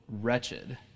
wretched